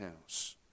house